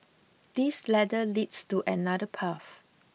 this ladder leads to another path